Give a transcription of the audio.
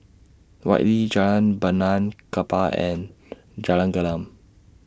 Whitley Jalan Benaan Kapal and Jalan Gelam